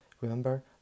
Remember